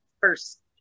first